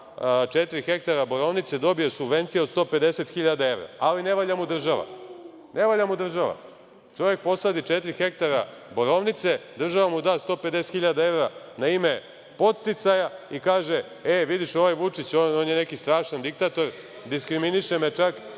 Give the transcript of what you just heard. hektara borovnice dobio subvencije od 150 hiljada evra. Ali, ne valja mu država. Ne valja mu država. Čovek posadi četiri hektara borovnice, država mu da 150 hiljada evra na ime podsticaja i kaže – e, vidiš ovaj Vučić, on je neki strašan diktator, diskriminiše me čak